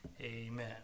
Amen